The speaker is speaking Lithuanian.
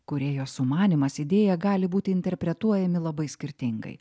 kūrėjo sumanymas idėja gali būti interpretuojami labai skirtingai